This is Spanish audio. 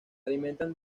alimentan